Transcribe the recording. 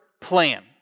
plan